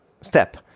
step